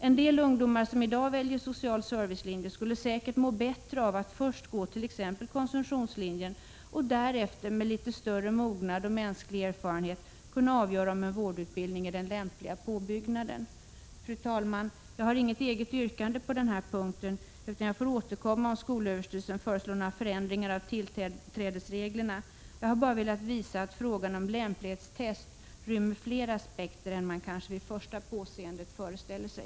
En del ungdomar som i dag väljer sociala servicelinjen skulle säkert må bättre av att först gå t.ex. konsumtionslinjen och därefter med litet större mognad och mänsklig erfarenhet kunna avgöra om en vårdutbildning är den lämpliga påbyggnaden. Fru talman! Jag har inget eget yrkande på denna punkt, utan jag får återkomma om skolöverstyrelsen föreslår några förändringar av tillträdesreglerna. Jag har bara velat visa att frågan om lämplighetstest rymmer fler aspekter än man kanske vid första påseendet föreställer sig.